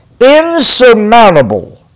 insurmountable